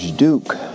Duke